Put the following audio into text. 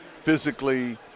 physically